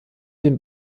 den